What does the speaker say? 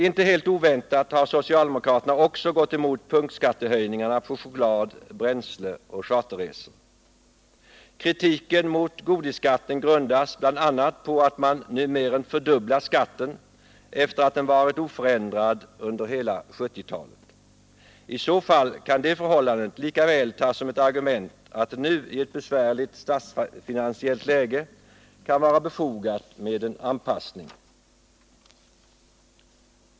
Inte helt oväntat har socialdemokraterna gått emot punktskattehöjningarna på choklad, bränsle och charterresor. Kritiken mot godisskatten grundas på att man nu mer än fördubblar skatten, efter det att den har varit oförändrad under hela 1970-talet. I så fall kan det förhållandet lika väl tas som ett argument för att det nu, i ett besvärligt statsfinansiellt läge, kan vara befogat med en anpassning.